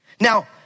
Now